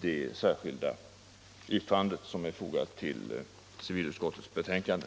det särskilda yttrande som är fogat till civilutskottets betänkande nr 2.